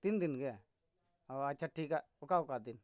ᱛᱤᱱ ᱫᱤᱱ ᱜᱮ ᱚ ᱟᱪᱪᱷᱟ ᱴᱷᱤᱠᱟ ᱚᱠᱟ ᱚᱠᱟ ᱫᱤᱱ